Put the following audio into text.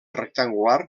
rectangular